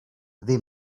they